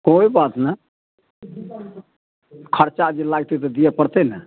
कोइ बात नहि खर्चा जे लागतै से दिअ पड़तै ने